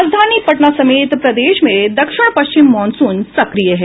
राजधानी पटना समेत प्रदेश में दक्षिण पश्चिम मॉनसून सक्रिय है